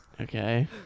okay